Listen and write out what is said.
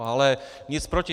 Ale nic proti.